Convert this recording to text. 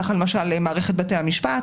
כך למשל מערכת בתי המשפט,